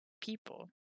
people